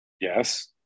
Yes